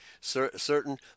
certain